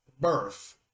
birth